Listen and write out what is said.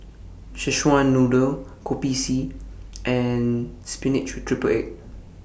Szechuan Noodle Kopi C and Spinach with Triple Egg